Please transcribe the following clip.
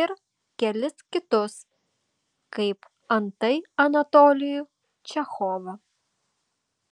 ir kelis kitus kaip antai anatolijų čechovą